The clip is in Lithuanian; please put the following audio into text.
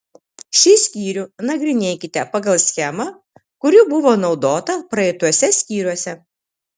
šį skyrių nagrinėkite pagal schemą kuri buvo naudota praeituose skyriuose